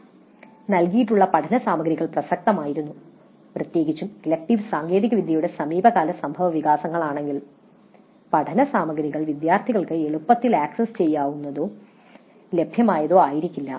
"നൽകിയിട്ടുള്ള പഠന സാമഗ്രികൾ പ്രസക്തമായിരുന്നു" പ്രത്യേകിച്ചും ഇലക്ടീവ് സാങ്കേതികവിദ്യയുടെ സമീപകാല സംഭവവികാസങ്ങളാണെങ്കിൽ പഠന സാമഗ്രികൾ വിദ്യാർത്ഥികൾക്ക് എളുപ്പത്തിൽ ആക്സസ് ചെയ്യാവുന്നതോ ലഭ്യമായതോ ആയിരിക്കില്ല